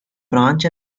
branch